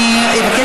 לערבית.